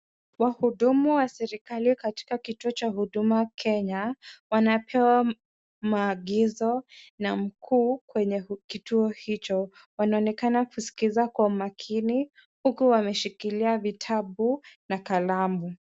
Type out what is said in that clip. Wahudumu wa serikali katika kituo cha Huduma Kenya, wanapewa maagizo na mkuu kwenye kituo hicho. Wanaonekana kuskiza kwa makini huku wameshikilia vitabu na kalamu.